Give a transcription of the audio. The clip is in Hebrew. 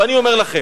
ואני אומר לכם,